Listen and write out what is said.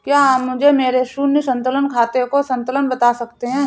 क्या आप मुझे मेरे शून्य संतुलन खाते का संतुलन बता सकते हैं?